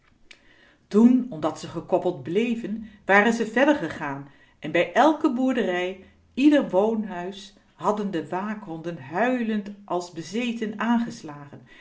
toen omdat ze gekoppeld bléven waren ze verder gegaan en bij elke boerderij ieder woonhuis hadden de waakhonden huilend als bezeten aangeslagen